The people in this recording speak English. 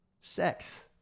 sex